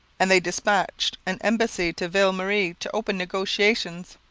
and they dispatched an embassy to ville marie to open negotiations.